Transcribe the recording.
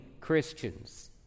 Christians